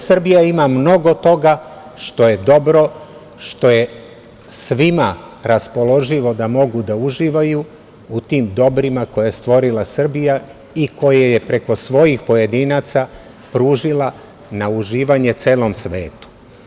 Srbija ima mnogo toga što je dobro, što je svima raspoloživo da mogu da uživaju u tim dobrima koje je stvorila Srbija i koje je preko svojih pojedinaca pružila na uživanje celom svetu.